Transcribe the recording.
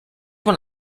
when